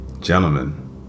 gentlemen